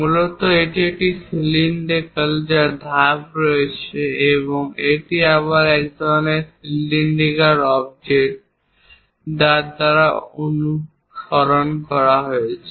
মূলত এটি একটি সিলিন্ডার যার ধাপ রয়েছে এবং এটি আবার এই ধরনের সিলিন্ডিকাল অবজেক্ট দ্বারা অনুসরণ করা হয়েছে